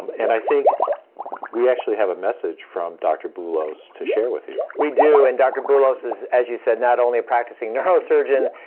and i think we actually have a message from dr. boulos to share with you. we do, and dr. boulos is, as you said, not only a practicing neurosurgeon,